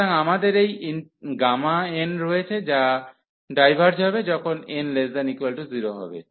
সুতরাং আমাদের এই n রয়েছে যা ডাইভার্জ হবে যখন n≤0 হবে